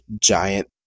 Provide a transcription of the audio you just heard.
giant